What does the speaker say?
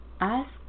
ask